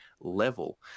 level